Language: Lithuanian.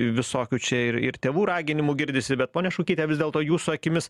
visokių čia ir ir tėvų raginimų girdisi bet ponia šukyte vis dėlto jūsų akimis